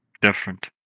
different